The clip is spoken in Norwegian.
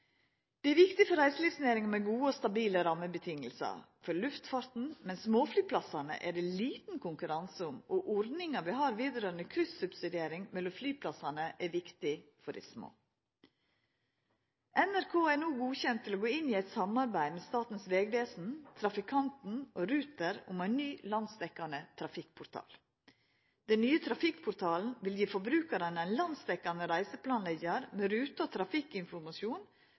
Det er viktig for reiselivsnæringa med gode og stabile rammevilkår for luftfarten, men småflyplassane er det liten konkurranse om, og ordninga vi har når det gjeld kryssubsidiering mellom flyplassane, er viktig for dei små. NRK er no godkjent for å gå inn i eit samarbeid med Statens vegvesen, Trafikanten og Ruter om ein ny landsdekkjande trafikkportal. Den nye trafikkportalen vil gi forbrukarane ein landsdekkjande reiseplanleggjar med rute- og trafikkinformasjon